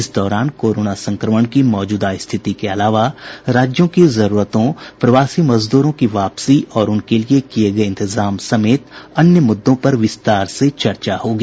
इस दौरान कोरोना संक्रमण की मौजूदा स्थिति के अलावा राज्यों की जरूरतों प्रवासी मजदूरों की वापसी और उनके लिये किये गये इंतजाम समेत अन्य मुद्दों पर विस्तार से चर्चा होगी